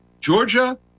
Georgia